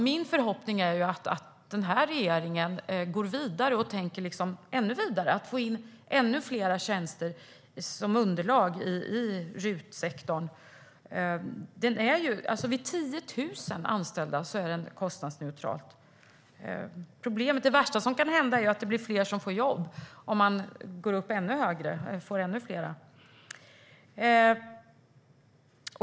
Min förhoppning är att regeringen går vidare och tänker bredare så att vi får in ännu fler tjänster som underlag i RUT-sektorn. Den är alltså kostnadsneutral vid 10 000 anställda. Det värsta som kan hända är att fler får jobb om den blir ännu större.